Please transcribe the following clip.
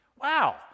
Wow